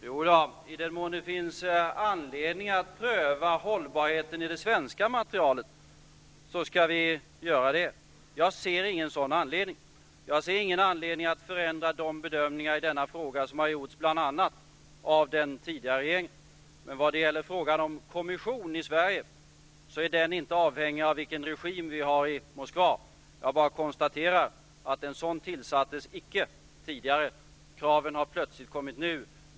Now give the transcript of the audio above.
Fru talman! I den mån det finns anledning att pröva hållbarheten i det svenska materialet skall vi göra det. Jag ser ingen sådan anledning. Jag ser ingen anledning att förändra de bedömningar i denna fråga som gjordes bl.a. av den tidigare regeringen. Vad gäller frågan om en kommission i Sverige är den inte avhängig av vilken regim som finns i Moskva. Jag kan konstatera att en sådan icke tillsattes tidigare. Kraven kommer plötsligt nu.